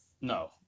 No